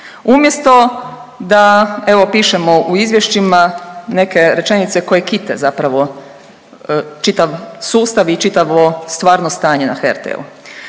umjesto da evo pišemo u izvješćima neke rečenice koje kite zapravo čitav sustav i čitavo stvarno stanje na HRT-u.